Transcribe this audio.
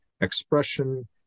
expression